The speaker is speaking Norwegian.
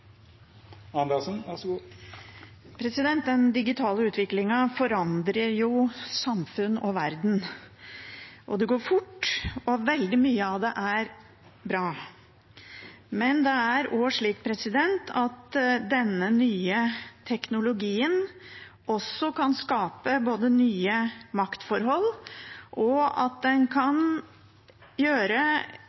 Den digitale utviklingen forandrer jo samfunn og verden. Det går fort, og veldig mye av det er bra. Men det er også slik at denne nye teknologien både kan skape nye maktforhold og